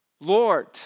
Lord